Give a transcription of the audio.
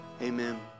Amen